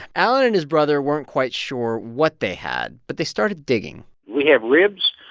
alan and his brother weren't quite sure what they had, but they started digging we have ribs.